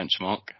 benchmark